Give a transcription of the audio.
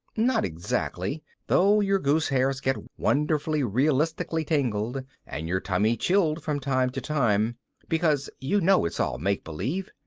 not exactly, though your goosehairs get wonderfully realistically tingled and your tummy chilled from time to time because you know it's all make-believe,